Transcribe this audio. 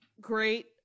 great